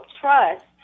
trust